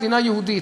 מדינה יהודית,